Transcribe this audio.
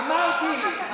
אמרתי.